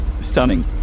Stunning